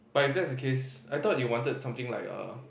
but if that's the case I thought you wanted something like uh